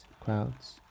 crowds